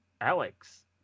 Alex